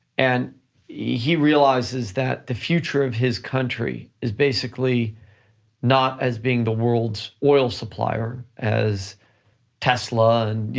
and he realizes that the future of his country is basically not as being the world's oil supplier, as tesla and yeah